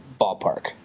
Ballpark